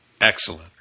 Excellent